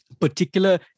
Particular